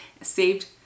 saved